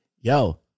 yo